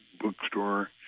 bookstore